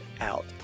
out